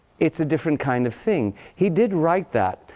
it's a different kind of thing. he did write that.